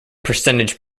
percentage